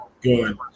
good